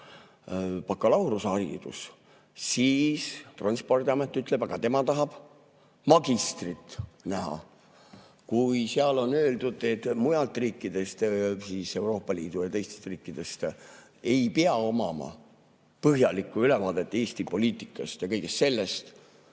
bakalaureuse haridus, siis Transpordiamet ütleb, et aga tema tahab magistreid näha. Kui seal on öeldud, et mujalt riikidest, Euroopa Liidu ja teistest riikidest [tulijad] ei pea omama põhjalikku ülevaadet Eesti poliitikast ja kõigest sellest,